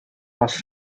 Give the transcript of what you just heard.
must